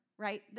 right